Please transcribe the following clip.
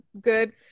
good